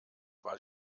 war